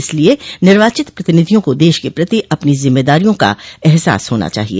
इसलिए निर्वाचित प्रतिनिधियों को देश के प्रति अपनी जिम्मेदारियों का अहसास होना चाहिए